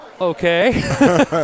okay